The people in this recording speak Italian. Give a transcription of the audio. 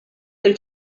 del